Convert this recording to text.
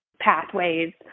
pathways